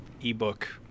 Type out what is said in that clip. ebook